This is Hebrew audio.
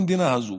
במדינה הזאת,